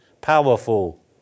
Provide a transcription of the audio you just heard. powerful